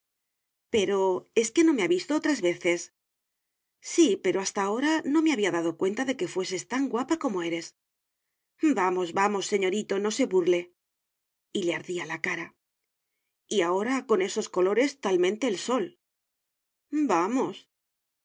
pero es que no me ha visto otras veces sí pero hasta ahora no me había dado cuenta de que fueses tan guapa como eres vamos vamos señorito no se burle y le ardía la cara y ahora con esos colores talmente el sol vamos